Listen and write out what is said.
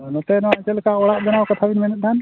ᱱᱚᱛᱮ ᱱᱚᱣᱟ ᱪᱮᱫ ᱞᱮᱠᱟ ᱪᱮᱫ ᱞᱮᱠᱟ ᱚᱲᱟᱜ ᱵᱮᱱᱟᱣ ᱠᱟᱛᱷᱟ ᱵᱤᱱ ᱢᱮᱱᱮᱫ ᱛᱟᱦᱮᱱ